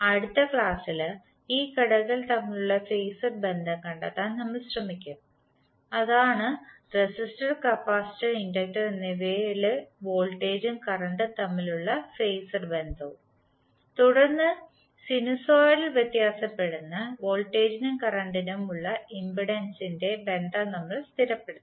അടുത്ത ക്ലാസ്സിൽ ഈ ഘടകങ്ങൾ തമ്മിലുള്ള ഫേസർ ബന്ധം കണ്ടെത്താൻ നമ്മൾ ശ്രമിക്കും അതാണ് റെസിസ്റ്റർ കപ്പാസിറ്റർ ഇൻഡക്റ്റർ എന്നിവയ്ക്കുള്ള വോൾട്ടേജും കറന്റ് ഉം തമ്മിൽ ഉള്ള ഫേസർ ബന്ധവും തുടർന്ന് സിനുസോയ്ഡൽ വ്യത്യാസപ്പെടുന്ന വോൾട്ടേജിനും കറന്റിനുമുള്ള ഇംപെഡൻസിന്റെ ബന്ധം നമ്മൾ സ്ഥിരപ്പെടുത്തും